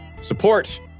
support